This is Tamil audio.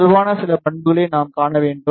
இயல்பான நில பண்புகளை நாம் காண வேண்டும்